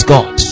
God